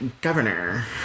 governor